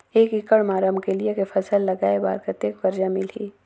एक एकड़ मा रमकेलिया के फसल लगाय बार कतेक कर्जा मिलही?